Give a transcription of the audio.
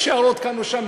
יש הערות כאן ושם,